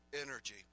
energy